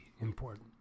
important